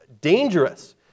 dangerous